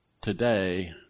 Today